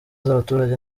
z’abaturage